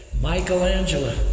Michelangelo